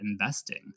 investing